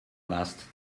last